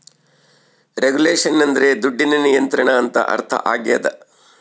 regulation ಅಂದ್ರೆ ದುಡ್ಡಿನ ನಿಯಂತ್ರಣ ಅಂತ ಅರ್ಥ ಆಗ್ಯದ